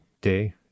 day